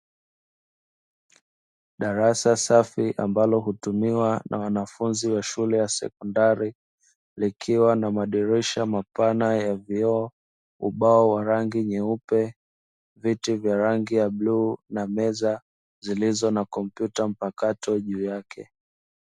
Darasa safi ambalo hutumiwa na wanafumzi wa shule ya sekondari likiwa na madirisha mapana ya vioo, ubao wa rangi nyeupe, viti vya rangi ya bluu na meza zilizo na kompyuta mpakato juu yake.